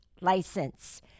license